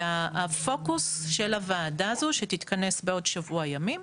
והפוקוס של הוועדה הזו שתתכנס בעוד שבוע ימים,